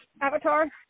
Avatar